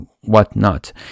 whatnot